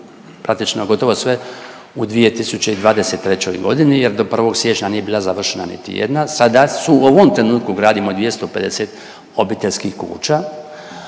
praktično gotovo sve u 2023. godini jer do 1. siječnja nije bila završena niti jedna, sada su u ovom trenutku gradimo 250 obiteljskih kuća,